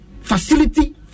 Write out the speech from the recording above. facility